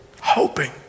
hoping